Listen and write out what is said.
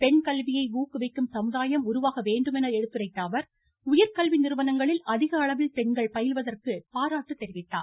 பெண் கல்வியை ஊக்குவிக்கும் சமுதாயம் உருவாக வேண்டும் என எடுத்துரைத்த அவர் உயர்கல்வி நிறுவனங்களில் அதிகளவில் பெண்கள் பயில்வதற்கு பாராட்டு தெரிவித்தார்